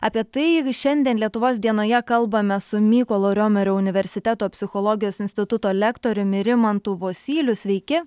apie tai šiandien lietuvos dienoje kalbame su mykolo riomerio universiteto psichologijos instituto lektoriumi rimantu vosyliu sveiki